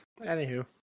Anywho